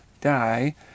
die